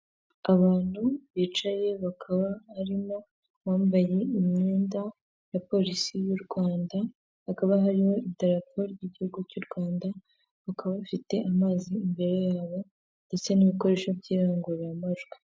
Abantu bicaye bakaba barimo abambaye imyenda ya polisi y'u Rwanda, hakaba hariho idarapo ry'igihugu cy'u Rwanda, bakaba bafite amazi imbere yabo ndetse n'ibikoresho by'irangururamajwi.